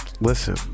Listen